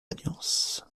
alliance